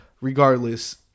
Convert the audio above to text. Regardless